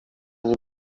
nie